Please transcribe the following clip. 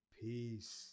Peace